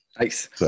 nice